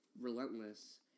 relentless